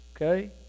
Okay